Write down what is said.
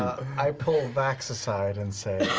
i pull vax aside and say